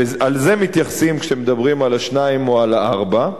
ולזה מתייחסים כשמדברים על ה-2 או על ה-4.